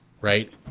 Right